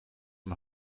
van